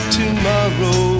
tomorrow